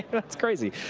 that's crazy.